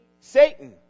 Satan